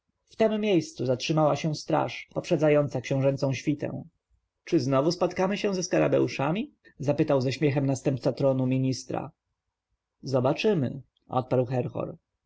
w tem miejscu zatrzymała się straż poprzedzająca książęcą świtę czy znowu spotkamy się ze skarabeuszami zapytał ze śmiechem następca tronu ministra zobaczymy odparł herhor